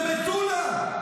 למטולה.